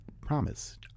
promise